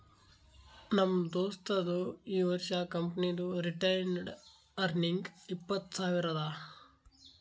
ನಮ್ ದೋಸ್ತದು ಈ ವರ್ಷ ಕಂಪನಿದು ರಿಟೈನ್ಡ್ ಅರ್ನಿಂಗ್ ಇಪ್ಪತ್ತು ಸಾವಿರ ಅದಾ